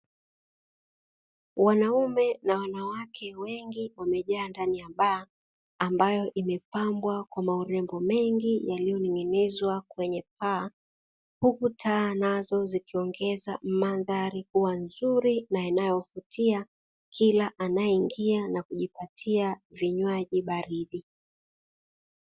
Wanaume na wanawake wengi wamejaa ndani ya baa ambayo imepambwa kwa maurembo mengi yaliyoninginizwa kwenye paa, huku taa nazo zikiongeza mandhari kuwa nzuri na inayovutia kila anayeingia na kujipatia vinywaji baridi.